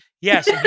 yes